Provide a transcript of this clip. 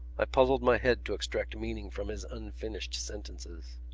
i puzzled my head to extract meaning from his unfinished sentences.